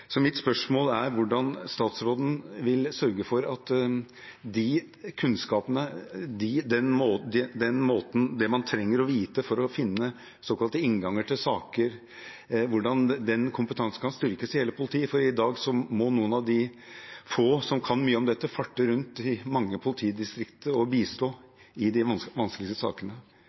Mitt spørsmål gjelder hvordan statsråden vil sørge for at de kunnskapene, det man trenger å vite for å finne såkalte innganger til saker, og den kompetansen, kan styrkes i hele politiet. For i dag må noen av de få som kan mye om dette, farte rundt i mange politidistrikter og bistå i de vanskeligste sakene.